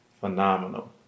Phenomenal